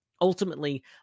ultimately